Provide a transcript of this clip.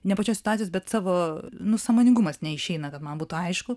ne pačios situacjos bet savo nu sąmoningumas neišeina kad man būtų aišku